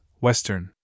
Western